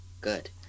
Good